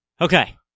Okay